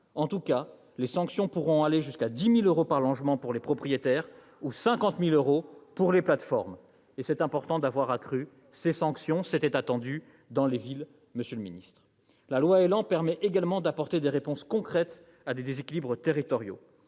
En tout cas, les sanctions pourront aller jusqu'à 10 000 euros par logement pour les propriétaires et à 50 000 euros pour les plateformes. Il est important d'avoir accru ces sanctions, car la mesure était attendue dans les villes. La loi ÉLAN permet également d'apporter des réponses concrètes à des déséquilibres territoriaux.